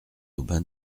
aubin